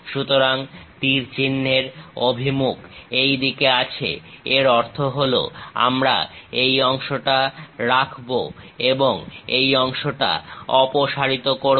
সুতরাং তীর চিহ্নের অভিমুখ এইদিকে আছে এর অর্থ হলো আমরা এই অংশটা রাখবো এবং এই অংশটা অপসারিত করবো